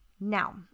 Now